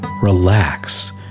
Relax